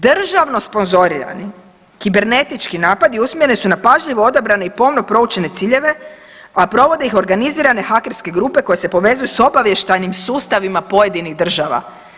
Državno sponzorirani kibernetički napadi usmjereni su na pažljivo odabrane i pomno proučene ciljeve, a provode ih organizirane hakerske grupe koje se povezuju s obavještajnim sustavima pojedinih država.